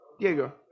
Diego